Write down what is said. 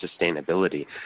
sustainability